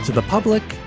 the public,